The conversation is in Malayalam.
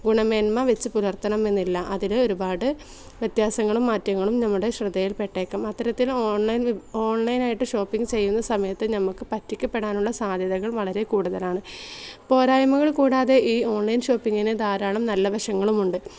ഗുണമേന്മ വച്ച് പുലർത്തണം എന്നില്ല അതിന് ഒരുപാട് വ്യത്യാസങ്ങളും മാറ്റങ്ങളും നമ്മുടെ ശ്രദ്ധയിൽ പെട്ടേക്കാം അത്തരത്തിൽ ഓൺലൈൻ ഓൺലൈനായിട്ട് ഷോപ്പിങ് ചെയ്യുന്ന സമയത്ത് നമ്മക്ക് പറ്റിക്കപ്പെടാനുള്ള സാധ്യതകൾ വളരേ കൂടുതലാണ് പോരായ്മകൾ കൂടാതെ ഈ ഓൺലൈൻ ഷോപ്പിങ്ങിന് ധാരാളം നല്ല വശങ്ങളുമുണ്ട്